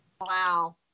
Wow